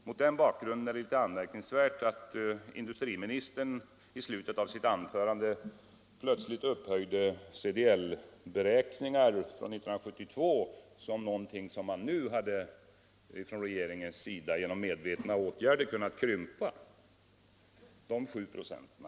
Mot den bakgrunden är det litet anmärkningsvärt att industriministern i slutet av sitt anförande plötsligt upphöjer CDL-beräkningar från 1972 om 7 96 till någonting som regeringen nu genom medvetna åtgärder har kunnat krympa.